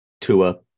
Tua